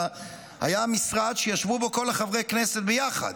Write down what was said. היה משרד שישבו בו כל חברי הכנסת ביחד.